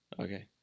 Okay